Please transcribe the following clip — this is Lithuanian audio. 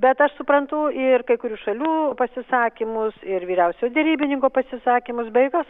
bet aš suprantu ir kai kurių šalių pasisakymus ir vyriausiojo derybininko pasisakymus be jokios